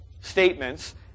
statements